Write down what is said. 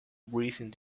breathing